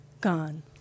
gone